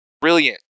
brilliant